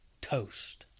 toast